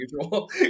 usual